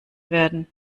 werden